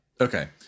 Okay